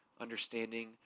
understanding